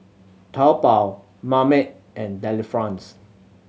Taobao Marmite and Delifrance